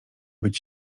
być